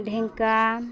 ᱰᱷᱮᱝᱠᱟ